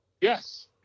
Yes